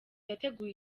yateguye